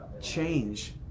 change